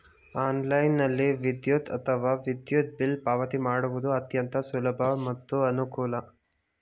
ಆನ್ಲೈನ್ನಲ್ಲಿ ವಿದ್ಯುತ್ ಅಥವಾ ವಿದ್ಯುತ್ ಬಿಲ್ ಪಾವತಿ ಮಾಡುವುದು ಅತ್ಯಂತ ಸುಲಭ ಮತ್ತು ಅನುಕೂಲ